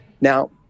Now